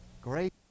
great